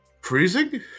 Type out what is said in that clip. Freezing